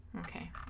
Okay